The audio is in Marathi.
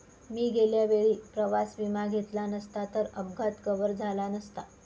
मी गेल्या वेळी प्रवास विमा घेतला नसता तर अपघात कव्हर झाला नसता